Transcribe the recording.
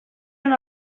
una